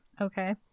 Okay